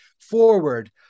forward